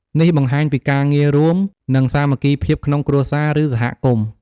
នេះបង្ហាញពីការងាររួមគ្នា និងសាមគ្គីភាពក្នុងគ្រួសារ ឬសហគមន៍។